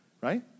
right